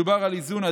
מדובר על איזון עדין,